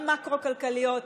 גם מקרו-כלכליות,